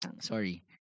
Sorry